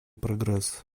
прогресс